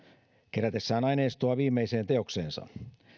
kerätessään aineistoa viimeiseen teokseensa